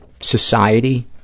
society